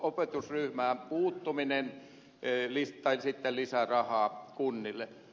opetusryhmään puuttuminen tai sitten lisää rahaa kunnille